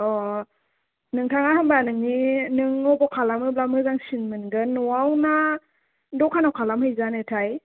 अ नोंथाङा होमबा नोंनि नों अबाव खालामोब्ला मोजांसिन मोनगोन न'आव ना दखानाव खालामहैजानो थाय